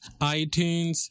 iTunes